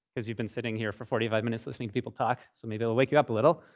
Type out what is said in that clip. as you've been sitting here for forty five minutes listening to people talk, so maybe it'll wake you up a little.